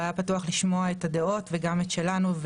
והיה פתוח לשמוע את הדעות וגם את שלנו,